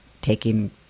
taking